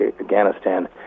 Afghanistan